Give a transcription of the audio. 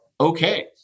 okay